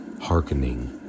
hearkening